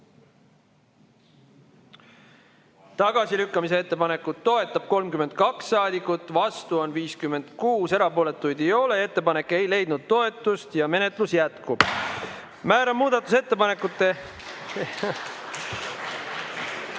Tagasilükkamise ettepanekut toetab 32 saadikut, vastu on 56, erapooletuid ei ole. Ettepanek ei leidnud toetust ja menetlus jätkub. (Aplaus.) Määran muudatusettepanekute